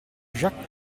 jacques